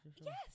Yes